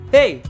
Hey